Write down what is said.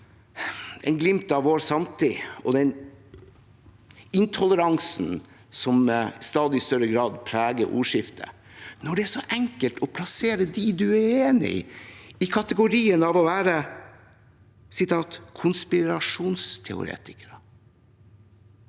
et glimt av vår samtid og den intoleransen som i stadig større grad preger ordskiftet – og det er så enkelt å plassere dem du er uenig med, i kategorien «konspirasjonsteoretikere».